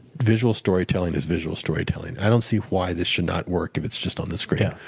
visual storytelling is visual storytelling. i don't see why this should not work if it's just on the screen,